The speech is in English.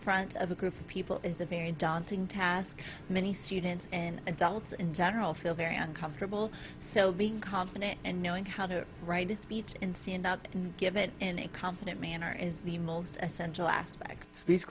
front of a group of people is a very daunting task many students and adults in general feel very uncomfortable so being confident and knowing how to write a speech give it in a confident manner is the most essential aspect of these